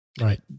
Right